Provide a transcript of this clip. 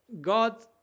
God